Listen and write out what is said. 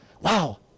wow